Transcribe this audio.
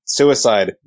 suicide